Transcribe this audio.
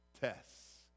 tests